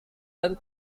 dan